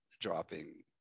dropping